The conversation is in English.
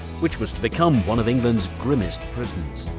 which was to become one of england's grimmest prisons.